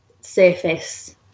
surface